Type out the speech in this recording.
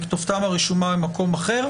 וכתובתם רשומה במקום אחר.